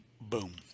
Boom